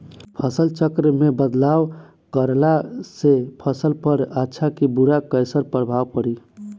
फसल चक्र मे बदलाव करला से फसल पर अच्छा की बुरा कैसन प्रभाव पड़ी?